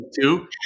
two